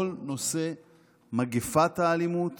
כל נושא מגפת האלימות